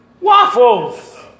waffles